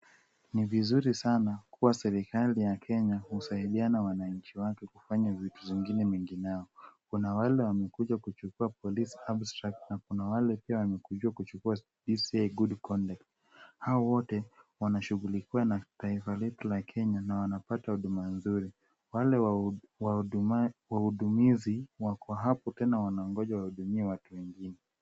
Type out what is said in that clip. Ni vizuri sana kuwa serikali ya Kenya husaidiana wananchi wake kufanya vitu zingine mingineo. Kuna wale wamekuja kuchukua police abstract na kuna wale pia wamekuja kuchukua DCI good conduct .Hawa wote wanashughulikiwa na taifa letu la Kenya na wanapata huduma nzuri. Wale wahudumizi wako hapo tena wanangoja wahudumie watu wengine.